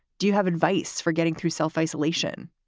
do you have advice for getting through self-isolation?